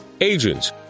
agents